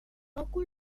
òcul